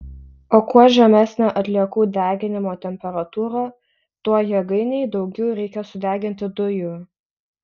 o kuo žemesnė atliekų deginimo temperatūra tuo jėgainei daugiau reikia sudeginti dujų